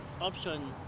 option